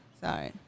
sorry